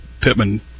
Pittman